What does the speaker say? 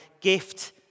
gift